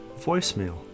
voicemail